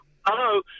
Hello